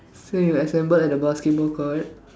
so he will assemble at the basketball court